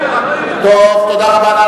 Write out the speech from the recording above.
טוב, תודה רבה.